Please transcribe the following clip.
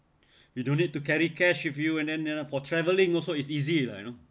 you don't need to carry cash with you and then uh for traveling also is easy lah you know